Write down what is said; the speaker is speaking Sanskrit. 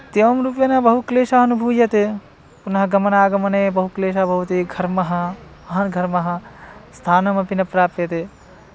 इत्येवं रूपेण बहुक्लेशः अनुभूयते पुनः गमनागमने बहु क्लेशः भवति घर्मः महान् घर्मः स्थानमपि न प्राप्यते